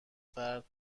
فرد